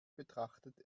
betrachtet